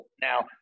now